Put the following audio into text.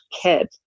kid